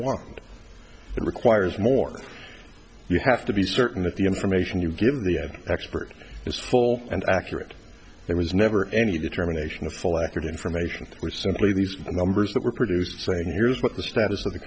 wand and requires more you have to be certain that the information you give the expert is full and accurate there was never any determination of full accurate information or simply these numbers that were produced saying here's what the status of the